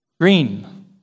green